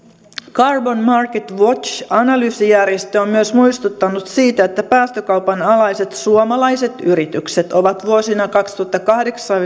carbon market watch analyysijärjestö on myös muistuttanut siitä että päästökaupan alaiset suomalaiset yritykset ovat vuosina kaksituhattakahdeksan